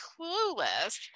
clueless